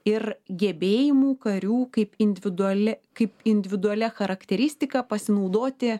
ir gebėjimų karių kaip individuali kaip individualia charakteristika pasinaudoti